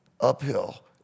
uphill